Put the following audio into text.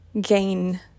gain